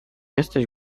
jesteś